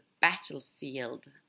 battlefield